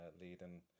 leading